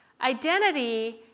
Identity